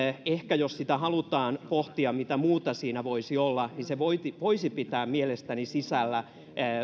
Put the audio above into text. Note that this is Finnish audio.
ehkä jos halutaan pohtia mitä muuta siinä voisi olla niin se voisi voisi pitää mielestäni sisällä